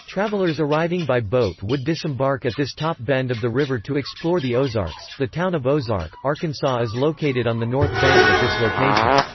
travelers arriving by boat would disembark at this top bend of the river to explore the ozarks the town of ozark, arkansas is located on the north bank at this location.